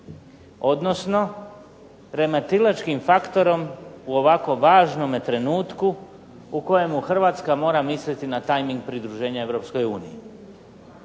odnosno remetilačkim faktorom u ovako važnome trenutku u kojemu Hrvatska mora misliti na tajming pridruženja